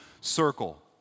circle